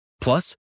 Plus